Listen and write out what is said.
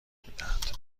میدهد